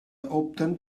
opten